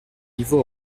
niveau